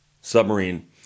submarine